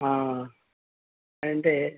అంటే